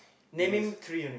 is